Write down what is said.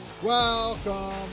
Welcome